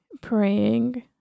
Praying